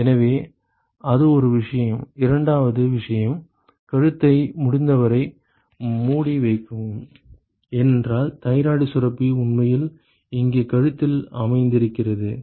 எனவே அது ஒரு விஷயம் இரண்டாவது விஷயம் கழுத்தை முடிந்தவரை மூடி வைக்கவும் ஏனென்றால் தைராய்டு சுரப்பி உண்மையில் இங்கே கழுத்தில் அமர்ந்திருக்கிறது